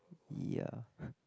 ya